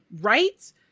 Right